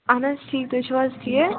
اہَن حظ ٹھیٖک تُہۍ چھِوحظ ٹھیٖک